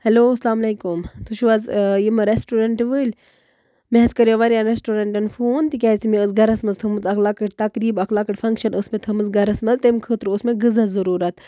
hello السلام علیکُم تُہۍ چھِو حظ یِم ریسٹورنٹ وٲلۍ مےٚ حظ کَریاو واریاہ ریسٹورَنٹَن فون تِکیازِ مےٚ ٲس گرَس منٛز تھٲومٕژ اکھ لۄکٔٹ تقریٖب اکھ لۄکٔٹ فنکشن ٲس مےٚ تھٲومٕژ گرَس منٛز تَمہِ خٲطرٕ اوس مےٚ غزاہ ضروٗرت